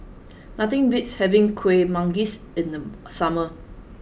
nothing beats having Kuih Manggis in the summer